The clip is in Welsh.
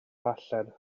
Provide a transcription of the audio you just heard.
ddarllen